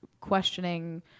questioning